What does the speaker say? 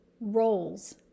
Roles